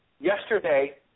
yesterday